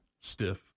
stiff